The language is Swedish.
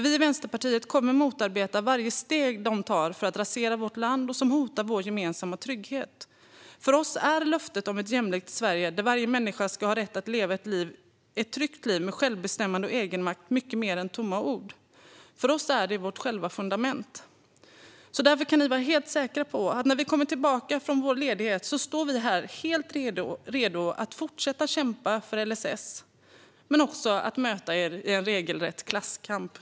Vi i Vänsterpartiet kommer att motarbeta varje steg som de tar för att rasera vårt land och som hotar vår gemensamma trygghet. För oss är löftet om ett jämlikt Sverige där varje människa ska ha rätt att leva ett tryggt liv med självbestämmande och egenmakt mycket mer än tomma ord. För oss är det vårt själva fundament. När vi kommer tillbaka från vår ledighet kommer vi att stå här fullt redo att fortsätta kämpa för LSS och att möta er i en regelrätt klasskamp.